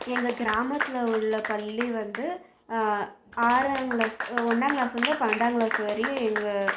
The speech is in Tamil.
எங்கள் கிராமத்தில் உள்ள பள்ளி வந்து ஆறாங்கிளாஸ் ஒன்னாங்கிளாஸ்லேருந்து பன்னண்டாங்கிளாஸ் வரையும் எங்கள்